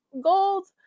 gold